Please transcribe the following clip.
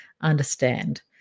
understand